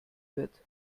wird